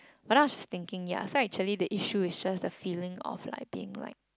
but then I was thinking ya so actually the issue is just the feeling of like being like